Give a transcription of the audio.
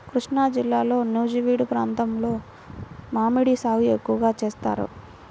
కృష్ణాజిల్లాలో నూజివీడు ప్రాంతంలో మామిడి సాగు ఎక్కువగా చేస్తారు